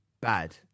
bad